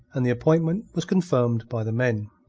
and the appointment was confirmed by the men.